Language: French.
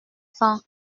cents